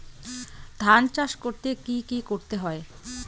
ধান চাষ করতে কি কি করতে হয়?